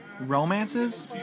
romances